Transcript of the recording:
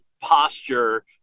posture